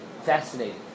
fascinating